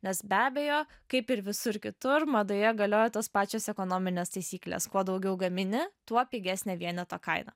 nes be abejo kaip ir visur kitur madoje galioja tos pačios ekonominės taisyklės kuo daugiau gamini tuo pigesnė vieneto kaina